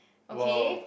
okay